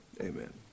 amen